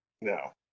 No